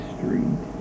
Street